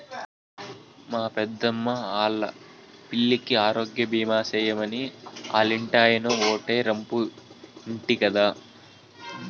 మా పెద్దమ్మా ఆల్లా పిల్లికి ఆరోగ్యబీమా సేయమని ఆల్లింటాయినో ఓటే రంపు ఇంటి గదా